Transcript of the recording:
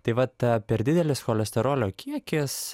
tai vat per didelis cholesterolio kiekis